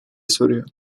soruyor